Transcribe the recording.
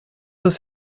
ist